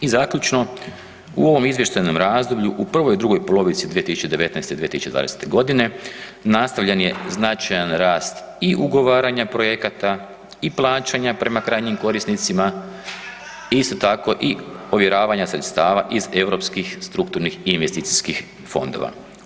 I zaključno, u ovom izvještajnom razdoblju u prvoj i drugoj polovici u 2019. i 2020.g. nastavljen je značajan rast i ugovaranja projekata i plaćanja prema krajnjim korisnicima, isto tako i ovjeravanja sredstava iz europskih strukturnih i investicijskih fondova.